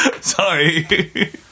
sorry